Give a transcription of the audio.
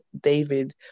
David